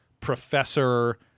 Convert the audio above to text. professor